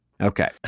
Okay